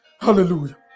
Hallelujah